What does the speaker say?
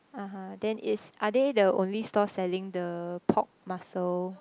(uh huh) then is are they the only store selling the pork muscle